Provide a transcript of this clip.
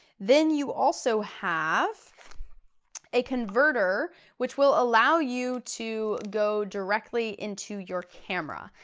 then you also have a converter which will allow you to go directly into your camera.